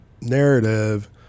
narrative